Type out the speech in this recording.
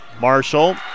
Marshall